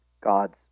God's